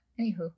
anywho